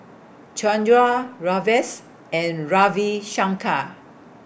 Chandra Rajesh and Ravi Shankar